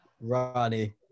Ronnie